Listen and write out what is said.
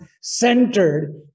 centered